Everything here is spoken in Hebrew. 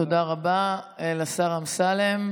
תודה רבה לשר אמסלם.